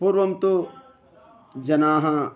पूर्वं तु जनाः